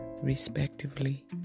respectively